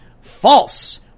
False